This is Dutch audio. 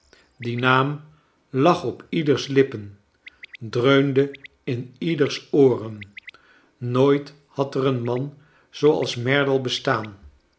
die naam lag op ieders lippen dreundo in ieders ooren nooit had er een man zooals merdle bestaan